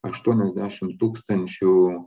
aštuoniasdešimt tūkstančių